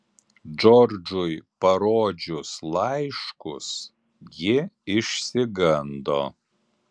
džordžui parodžius laiškus ji išsigando